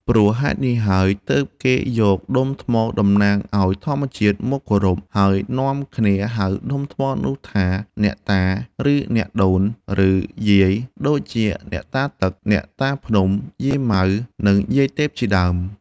ព្រោះហេតុនេះហើយ ទើបគេយក ដុំថ្មតំណាងឱ្យធម្មជាតិមកគោរព ហើយនាំគ្នាហៅដុំថ្មនោះថា អ្នកតា ឬ អ្នកជូន ឬ យាយ ដូចជាអ្នកតាទឹក អ្នកតាភ្នំ យាយម៉ៅ និងយាយទេពជាដើម។